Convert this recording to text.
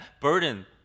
burden